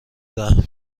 رحم